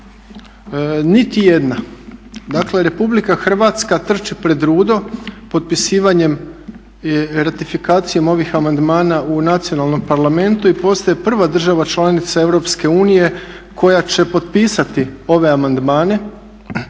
Niti jedna. Dakle, Republika Hrvatska trči pred rudo potpisivanjem, ratifikacijom ovih amandmana u nacionalnom parlamentu i postaje prva država članica EU koja će potpisati ove amandmane.